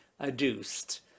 adduced